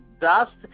dust